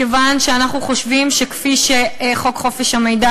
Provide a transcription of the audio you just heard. מכיוון שאנחנו חושבים שכפי שחוק חופש המידע